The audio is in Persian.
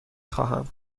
خواهم